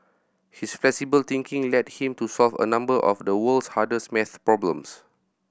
his flexible thinking led him to solve a number of the world's hardest math problems